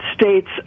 states